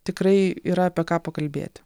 tikrai yra apie ką pakalbėti